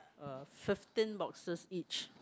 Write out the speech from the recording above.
uh fifteen boxes each